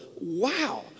wow